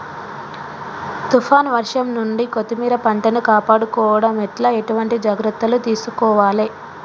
తుఫాన్ వర్షం నుండి కొత్తిమీర పంటను కాపాడుకోవడం ఎట్ల ఎటువంటి జాగ్రత్తలు తీసుకోవాలే?